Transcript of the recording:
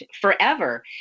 forever